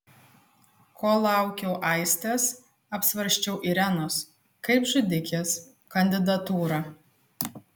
kol laukiau aistės apsvarsčiau irenos kaip žudikės kandidatūrą